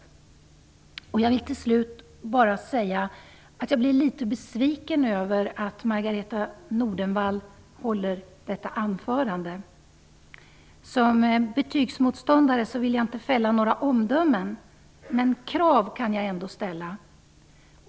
Slutligen vill jag säga att jag blev litet besviken över Margareta E Nordenvalls anförande. Som betygsmotståndare vill jag inte fälla omdömen, men krav kan jag ändå ställa.